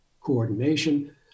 coordination